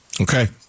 Okay